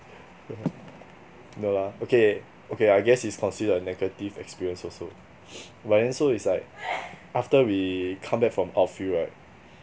no lah okay okay I guess is consider a negative experience also but then so it's like after we come back from outfield right